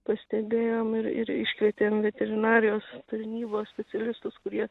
pastebėjom ir ir iškvietėm veterinarijos tarnybos specialistus kurie